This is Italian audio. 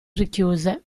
richiuse